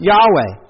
Yahweh